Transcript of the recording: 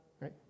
Right